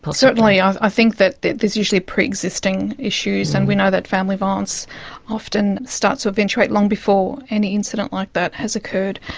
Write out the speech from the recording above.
but certainly yeah i think that that there's usually pre-existing issues, and we know that family violence often starts to eventuate long before any incident like that has occurred.